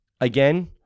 Again